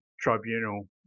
Tribunal